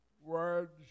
words